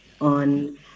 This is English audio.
on